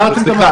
סליחה.